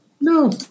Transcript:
No